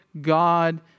God